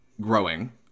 growing